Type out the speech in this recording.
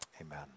amen